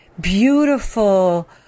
beautiful